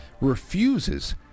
refuses